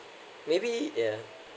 maybe yeah